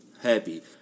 happy